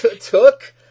took